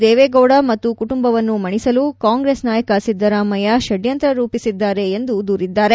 ದೇವೇಗೌಡ ಮತ್ತು ಕುಟುಂಬವನ್ನು ಮಣಿಸಲು ಕಾಂಗ್ರೆಸ್ ನಾಯಕ ಸಿದ್ದರಾಮಯ್ಯ ಷದ್ಯಂತ್ರ ರೂಪಿಸಿದ್ದಾರೆ ಎಂದು ದೂರಿದ್ದಾರೆ